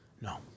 No